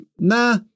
nah